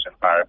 Fire